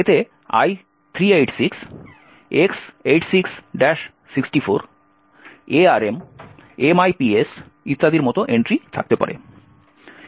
এতে i386 X86 64 ARM MIPS ইত্যাদির মতো এন্ট্রি থাকতে পারে